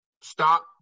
stop